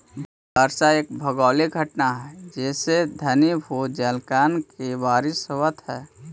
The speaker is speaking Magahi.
वर्षा एक भौगोलिक घटना हई जेसे घनीभूत जलकण के बारिश होवऽ हई